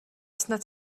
snad